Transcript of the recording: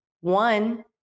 one